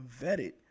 vetted